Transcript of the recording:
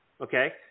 okay